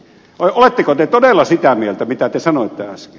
vai oletteko te todella sitä mieltä mitä te sanoitte äsken